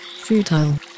Futile